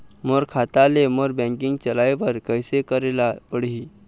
मोर खाता ले मोर बैंकिंग चलाए बर कइसे करेला पढ़ही?